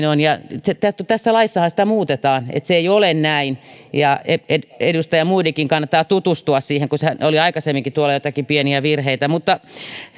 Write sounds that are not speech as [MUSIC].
[UNINTELLIGIBLE] on tässä laissahan sitä muutetaan että se ei ole näin edustaja modigin kannattaa tutustua siihen kun oli aikaisemminkin tuolla joitakin pieniä virheitä